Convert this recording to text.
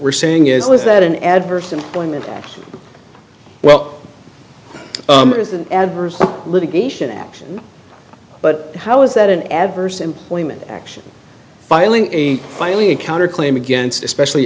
we're saying is that an adverse employment as well as an adverse litigation action but how is that an adverse employment action filing a filing a counter claim against especially